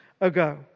ago